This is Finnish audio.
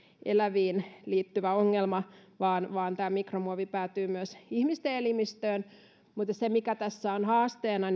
eläviin liittyvä ongelma vaan vaan mikromuovi päätyy myös ihmisten elimistöön tässä on haasteena